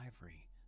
ivory